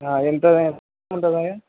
ఎంత ఉంటుంది